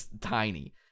tiny